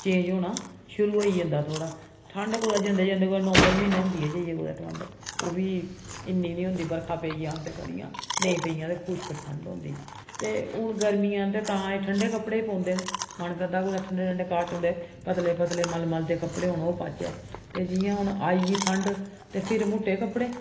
change होना शुरु होई जंदा थोह्ड़ा ठंड कुतै जंदे जंदे नबम्वर म्हीनै होंदी ऐ जाइयै कुतै ठंड उब्भी इन्नी निं होंदी बरखा पेई जान ते खरियां नेईं पेइयां ते खुश्क ठंड होंदी ते हून गर्मियां न तां एह् ठंडे कपड़े गै पोंदे न मन करदा कुतै ठंडे ठंडे काटन दे पतले पतले मलमल दे कपड़े होन ओह् पाचै ते जि'यां हून आई गेई ठंड ते फ्ही मुट्टे कपड़े